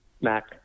Mac